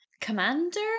commander